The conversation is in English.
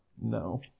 No